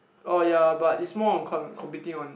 oh ya but it's more on com~ competing on